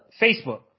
facebook